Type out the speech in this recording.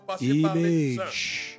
image